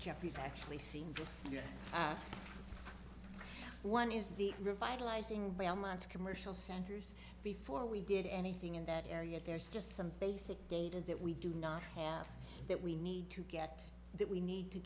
jefferies actually seen just us one is the revitalizing belmont's commercial centers before we did anything in that area there is just some basic data that we do not have that we need to get that we need to